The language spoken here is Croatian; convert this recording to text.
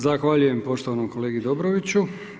Zahvaljujem poštovanom kolegi Dobroviću.